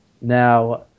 Now